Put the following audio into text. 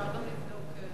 אפשר גם לבדוק נוגדנים.